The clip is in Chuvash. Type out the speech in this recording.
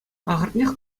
ахӑртнех